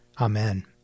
Amen